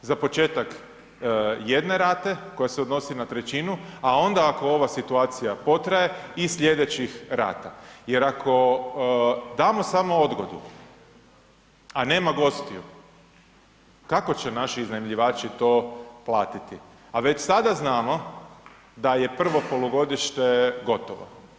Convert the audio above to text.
Za početak jedne rate koja se odnosi na trećinu, a onda ako ova situacija potraje i sljedećih rata jer ako damo samo odgodu, a nema gostiju kako će naši iznajmljivači to platiti, a već sada znamo da je prvo polugodište gotovo.